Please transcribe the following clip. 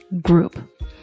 group